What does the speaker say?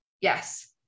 Yes